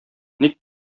ник